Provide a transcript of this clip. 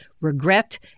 regret